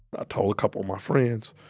ah told a couple of my friends.